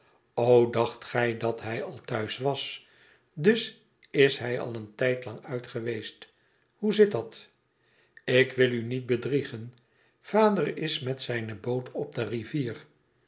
o dacht gij dat hij al thuis was dus is hij al een tijdlang uit geweest hoe zit dat ik wil u niet bedrieeen vader is met zijne boot op de rivier